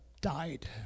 died